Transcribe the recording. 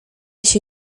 się